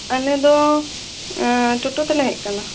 ᱟᱞᱮ ᱫᱚ ᱴᱳᱴᱳ ᱛᱮᱞᱮ ᱦᱮᱡ ᱟᱠᱟᱱᱟ